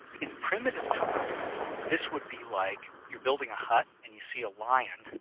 in primitive times this would be like you're building a hut and you see a lion,